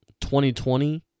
2020